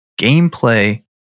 gameplay